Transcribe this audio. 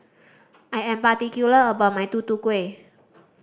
I am particular about my Tutu Kueh